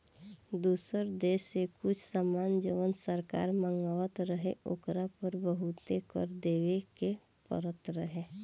दुसर देश से कुछ सामान जवन सरकार मँगवात रहे ओकरा पर बहुते कर देबे के परत रहे